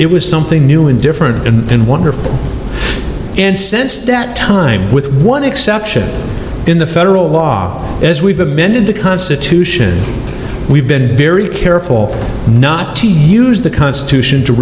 it was something new and different and since that time with one exception in the federal law as we've amended the constitution we've been very careful not to use the constitution to